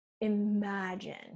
imagine